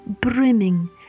brimming